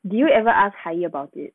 did you ever ask hai yi about it